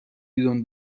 بیرون